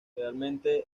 realmente